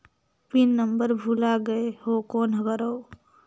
Pin number भुला गयें हो कौन करव?